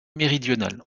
méridionale